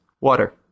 water